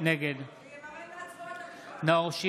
נגד נאור שירי,